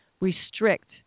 restrict